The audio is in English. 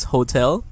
Hotel